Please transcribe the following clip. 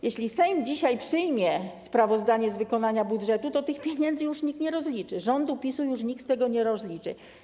Jeśli Sejm przyjmie dzisiaj sprawozdanie z wykonania budżetu, to tych pieniędzy już nikt nie rozliczy, rządu PiS-u już nikt z tego nie rozliczy.